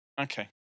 Okay